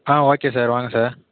ஆ okay sir வாங்க sir